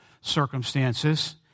circumstances